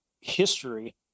history